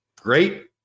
great